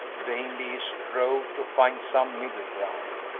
vainly strove to find some middle ground.